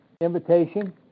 invitation